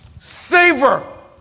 savor